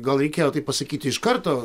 gal reikėjo tai pasakyti iš karto